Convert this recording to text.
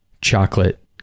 chocolate